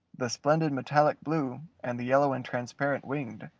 the splendid metallic-blue, and the yellow and transparent-winged,